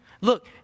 Look